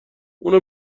اونو